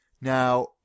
Now